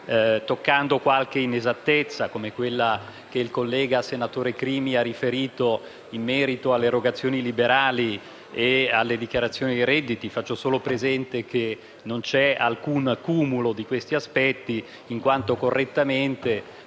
toccando anche qualche inesattezza, come quella che il collega senatore Crimi ha riferito in merito alle erogazioni liberali e alle dichiarazioni dei redditi. Faccio solo presente che non c'è alcun accumulo di questi aspetti, in quanto correttamente